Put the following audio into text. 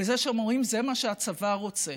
בזה שהם אומרים: זה מה שהצבא רוצה.